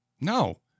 No